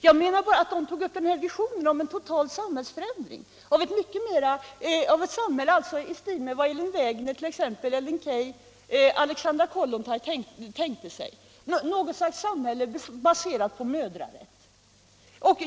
Jag menar bara att den tog upp visionen om en total samhällsförändring, ett samhälle i stil med vad t.ex. Elin Wägner, Ellen Key och Alexandra Kollontaj tänkte sig — ett slags samhälle baserat på mödrar.